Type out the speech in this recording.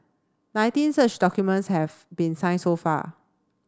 nineteen such documents have been signed so far